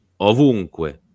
ovunque